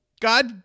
god